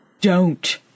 Don't